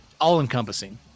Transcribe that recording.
All-encompassing